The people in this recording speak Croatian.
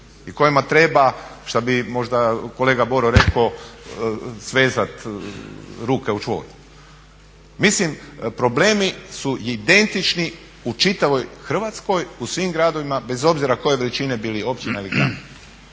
i kojima treba što bi možda kolega Boro rekao svezat ruke u čvor. Mislim, problemi su identični u čitavoj Hrvatskoj, u svim gradovima, bez obzira koje veličine bili općina ili grad.